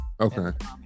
Okay